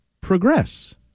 progress